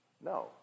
No